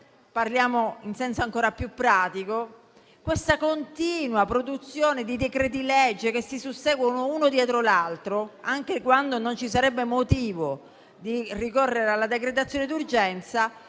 forse, in senso ancora più pratico, questa continua produzione di decreti-legge che si susseguono uno dietro l'altro, anche quando non ci sarebbe motivo di ricorrere alla decretazione d'urgenza,